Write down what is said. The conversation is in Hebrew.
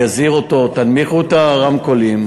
יזהיר אותו: תנמיכו את הרמקולים,